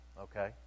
okay